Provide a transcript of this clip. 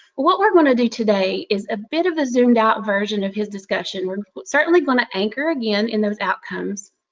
what going to do today is a bit of a zoomed out version of his discussion. we're certainly going to anchor again in those outcomes,